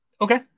Okay